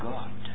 God